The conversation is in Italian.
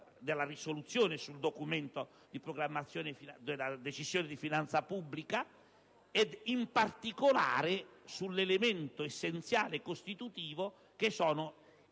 della risoluzione sul documento recante la Decisione di finanza pubblica e, in particolare, sull'elemento essenziale e costitutivo, che sono